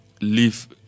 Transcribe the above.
leave